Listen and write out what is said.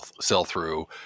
sell-through